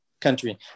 Country